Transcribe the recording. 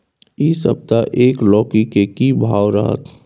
इ सप्ताह एक लौकी के की भाव रहत?